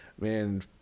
man